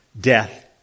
death